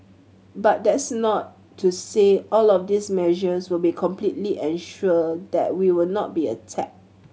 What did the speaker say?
but that's not to say all of these measures will be completely ensure that we will not be attacked